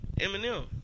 Eminem